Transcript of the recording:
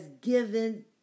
given